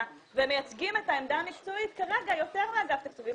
והם מייצגים את העמדה המקצועית כרגע יותר מאגף התקציבים,